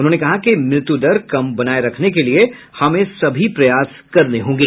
उन्होंने कहा कि मृत्युदर कम बनाये रखने के लिए हमें सभी प्रयास करने होंगे